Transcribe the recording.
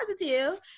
positive